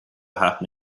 happen